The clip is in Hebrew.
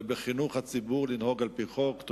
הדרכים ובחינוך הציבור לנהוג על-פי חוק.